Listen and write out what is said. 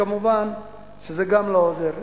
וכמובן שגם זה לא עוזר.